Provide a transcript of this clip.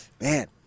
man